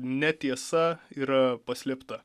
netiesa yra paslėpta